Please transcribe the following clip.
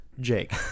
Jake